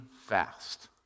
fast